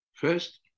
First